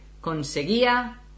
Conseguía